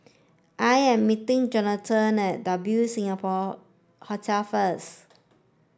I am meeting Jonathon at W Singapore Hotel first